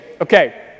Okay